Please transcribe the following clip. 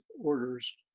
orders